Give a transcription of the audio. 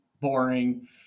boring